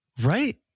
Right